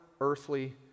earthly